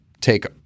take